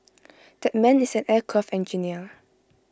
that man is an aircraft engineer